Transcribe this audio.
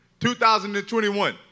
2021